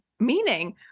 Meaning